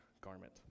garment